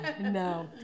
No